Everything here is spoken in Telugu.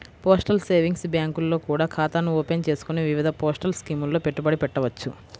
పోస్టల్ సేవింగ్స్ బ్యాంకుల్లో కూడా ఖాతాను ఓపెన్ చేసుకొని వివిధ పోస్టల్ స్కీముల్లో పెట్టుబడి పెట్టవచ్చు